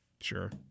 Sure